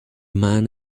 man